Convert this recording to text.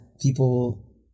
people